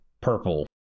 purple